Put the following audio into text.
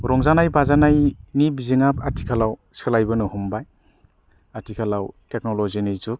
रंजानाय बाजानायनि बिजोंआ आथिखालाव सोलायबोनो हमबाय आथिखालाव टेकनलजी नि जुग